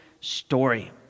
story